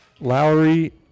Lowry